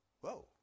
Whoa